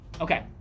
Okay